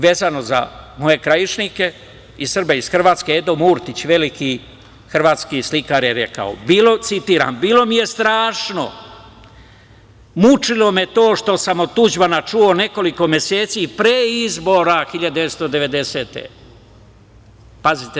Vezano za moje krajišnike i Srbe iz Hrvatske, Edo Murtić, veliki hrvatski slikar, je rekao, citiram: „Bilo mi je strašno, mučilo me to što sam od Tuđmana čuo nekoliko meseci pre izbora 1990. godine.